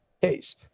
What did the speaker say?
case